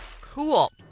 Cool